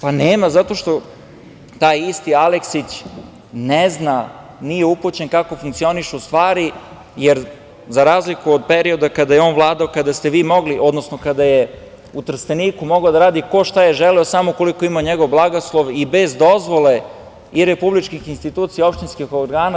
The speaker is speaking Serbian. Pa nema, zato što taj isti Aleksić ne zna, nije upućen kako funkcionišu stvari, jer za razliku od perioda kada je on vladao, odnosno kada je u Trsteniku mogao da radi ko šta je želeo samo ukoliko ima njegov blagoslov i bez dozvole i republičkih institucija, opštinskih organa.